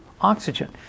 oxygen